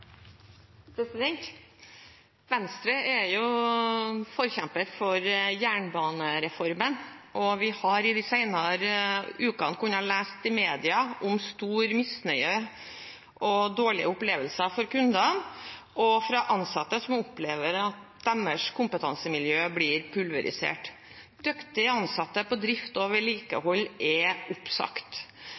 jernbanereformen. Vi har de senere ukene kunnet lese i media om stor misnøye og dårlige opplevelser for kundene, og ansatte som opplever at kompetansemiljøet deres blir pulverisert. Dyktige ansatte innen drift og vedlikehold er oppsagt.